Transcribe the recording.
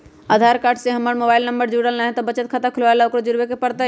आधार card से हमर mobile number न जुरल है त बचत खाता खुलवा ला उकरो जुड़बे के पड़तई?